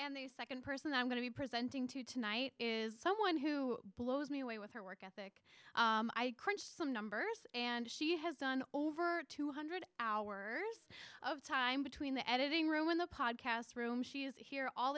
and the nd person i'm going to be presenting to tonight is someone who blows me away with her work like i crunched some numbers and she has done over two hundred hours of time between the editing room in the podcast room she is here all